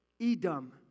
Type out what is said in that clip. Edom